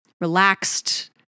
relaxed